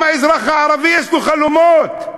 גם האזרח הערבי, יש לו חלומות.